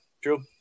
true